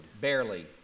Barely